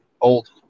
old